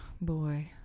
boy